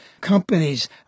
companies